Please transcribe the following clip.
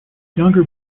younger